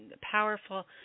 Powerful